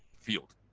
field.